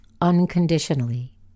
unconditionally